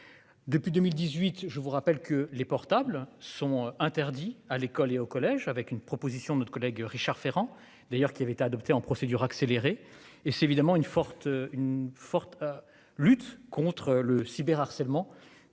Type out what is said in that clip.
Depuis 2018, je vous rappelle que les portables sont interdits à l'école et au collège avec une proposition de notre collègue Richard Ferrand d'ailleurs qui avait été adopté en procédure accélérée et c'est évidemment une forte une forte. Lutte contre le cyberharcèlement